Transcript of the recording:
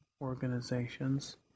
organizations